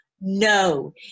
No